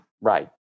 Right